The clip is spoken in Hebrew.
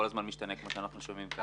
כל הזמן משתנה כמו שאנחנו שומעים כאן.